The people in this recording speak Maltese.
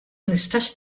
nistax